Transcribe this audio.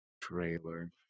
trailer